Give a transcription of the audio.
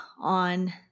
on